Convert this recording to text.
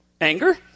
Anger